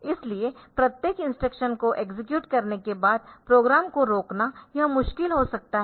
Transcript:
इसलिए प्रत्येक इंस्ट्रक्शन को एक्सेक्यूट करने के बाद प्रोग्राम को रोकना यह मुश्किल हो सकता है